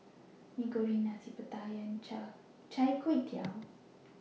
Mee Goreng Nasi Pattaya and Chai Tow Kway